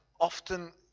often